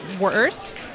worse